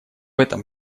этом